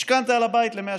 משכנתה על הבית ל-100 שנה.